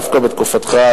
דווקא בתקופתך,